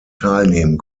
teilnehmen